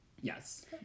Yes